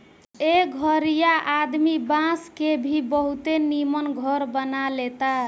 एह घरीया आदमी बांस के भी बहुते निमन घर बना लेता